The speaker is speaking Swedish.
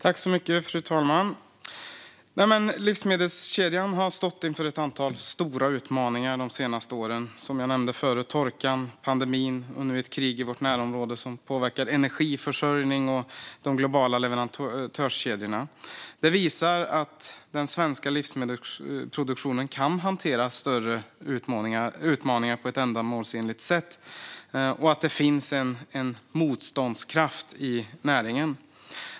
Fru talman! Livsmedelskedjan har stått inför ett antal stora utmaningar de senaste åren. Som jag nämnde har det varit torkan, pandemin och nu ett krig i vårt närområde som påverkar energiförsörjningen och de globala leverantörskedjorna. Det visar att den svenska livsmedelsproduktionen kan hantera större utmaningar på ett ändamålsenligt sätt och att det finns en motståndskraft i näringen.